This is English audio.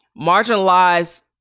marginalized